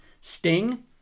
Sting